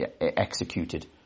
executed